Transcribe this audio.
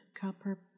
copper